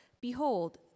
behold